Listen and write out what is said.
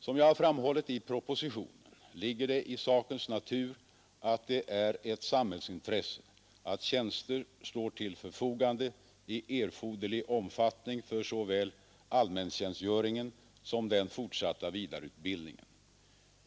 Som jag har framhållit i propositionen ligger det i sakens natur att det är ett samhällsintresse att tjänster står till förfogande i erforderlig omfattning för såväl allmäntjänstgöringen som den fortsatta vidareutbildningen.